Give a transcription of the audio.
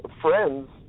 friends